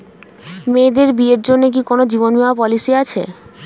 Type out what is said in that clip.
মেয়েদের বিয়ের জন্য কি কোন জীবন বিমা পলিছি আছে?